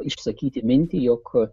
išsakyti mintį jog